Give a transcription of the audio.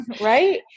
right